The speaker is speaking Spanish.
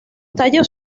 tallos